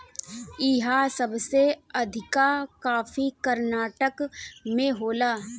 इहा सबसे अधिका कॉफ़ी कर्नाटक में होला